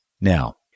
Now